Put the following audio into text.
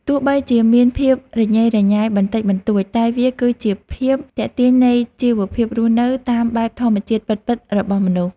ទោះបីជាមានភាពរញ៉េរញ៉ៃបន្តិចបន្តួចតែវាគឺជាភាពទាក់ទាញនៃជីវភាពរស់នៅតាមបែបធម្មជាតិពិតៗរបស់មនុស្ស។